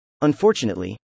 Unfortunately